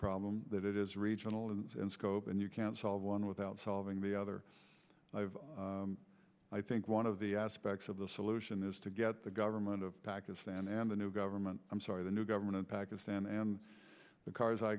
problem that it is regional in scope and you can't solve one without solving the other i think one of the aspects of the solution is to get the government of pakistan and the new government i'm sorry the new government in pakistan and the kar